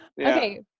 Okay